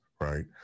right